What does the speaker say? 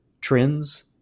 trends